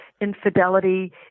infidelity